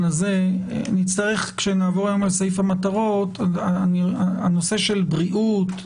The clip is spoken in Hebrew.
הזה: כשנעבור היום על סעיף המטרות הנושא של בריאות,